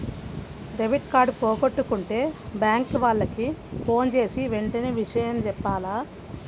debit card పోగొట్టుకుంటే bank వాళ్లకి ఫోన్జేసి వెంటనే విషయం జెప్పాల